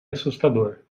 assustador